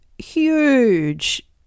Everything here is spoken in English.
Huge